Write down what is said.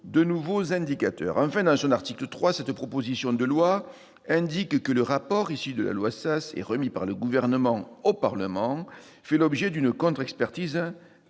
de nouveaux indicateurs. Enfin, l'article 3 de la proposition de loi prévoit que le rapport issu de la loi Sas et remis par le Gouvernement au Parlement fasse l'objet d'une contre-expertise